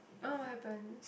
oh what happen